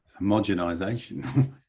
Homogenization